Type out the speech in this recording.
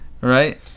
right